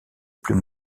plus